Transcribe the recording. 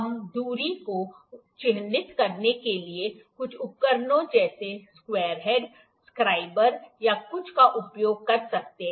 हम दूरी को चिह्नित करने के लिए कुछ उपकरणों जैसे स्क्वायर हेड स्क्राइबर या कुछ का उपयोग कर सकते हैं